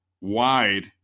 wide